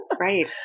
Right